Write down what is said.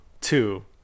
two